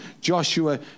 Joshua